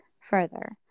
further